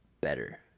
better